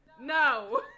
no